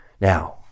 Now